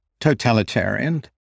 totalitarian